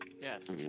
Yes